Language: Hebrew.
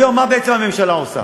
היום, מה בעצם הממשלה עושה?